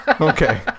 Okay